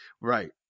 Right